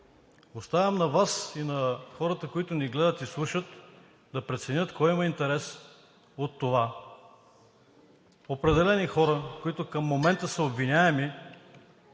Оставям на Вас и на хората, които ни гледат и слушат, да преценят кой има интерес от това? Определени хора, които към момента са обвиняеми,